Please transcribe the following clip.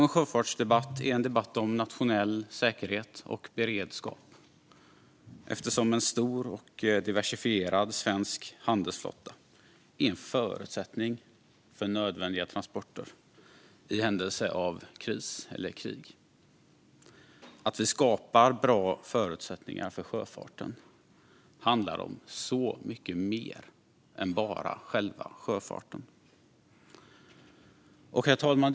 En sjöfartsdebatt är också en debatt om nationell säkerhet och beredskap, eftersom en stor och diversifierad svensk handelsflotta är en förutsättning för nödvändiga transporter i händelse av kris eller krig. Att vi skapar bra förutsättningar för sjöfarten handlar alltså om så mycket mer än bara själva sjöfarten. Herr talman!